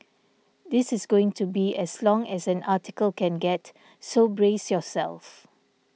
this is going to be as long as an article can get so brace yourself